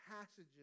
passages